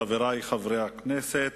חברי חברי הכנסת,